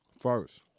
First